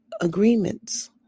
agreements